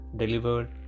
delivered